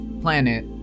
planet